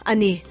Ani